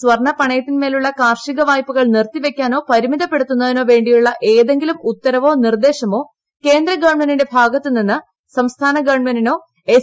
സ്വർണ പണയത്തിന്മേലുള്ള കാർഷിക വായ്പകൾ നിർത്തിവയ്ക്കാനോ പരിമിതപ്പെടുത്തുന്നതിനോ വേണ്ടിയുള്ള ഏതെങ്കിലും ഉത്തരവോ നിർദ്ദേശമോ കേന്ദ്രഗവൺമെന്റിന്റെ ഭാഗത്തുനിന്ന് സംസ്ഥാന ഗവൺമെന്റിനോ എസ്